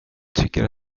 tycker